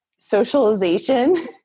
Socialization